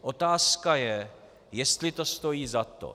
Otázka je, jestli to stojí za to.